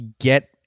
get